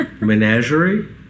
Menagerie